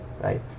right